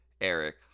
Eric